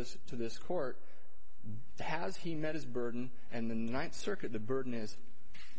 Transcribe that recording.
this to this court has he met his burden and the ninth circuit the burden is